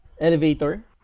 Elevator